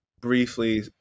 briefly